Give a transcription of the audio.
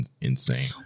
insane